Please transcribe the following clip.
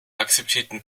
akzeptierten